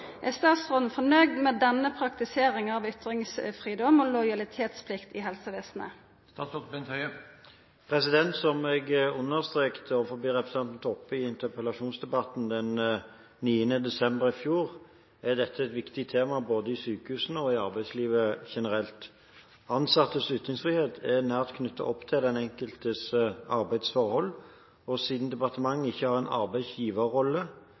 Er statsråden fornøgd med denne praktiseringa av ytringsfridom og lojalitetsplikt i helsevesenet?» Som jeg understreket overfor representanten Toppe i interpellasjonsdebatten den 9. desember i fjor, er dette et viktig tema både i sykehusene og i arbeidslivet generelt. Ansattes ytringsfrihet er nært knyttet opp til den enkeltes arbeidsforhold, og siden departementet ikke har en arbeidsgiverrolle